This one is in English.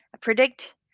Predict